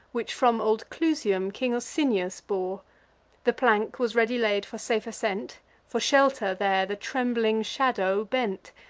which from old clusium king osinius bore the plank was ready laid for safe ascent for shelter there the trembling shadow bent,